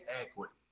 equity